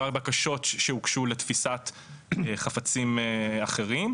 הבקשות שהוגשו לתפיסת חפצים אחרים.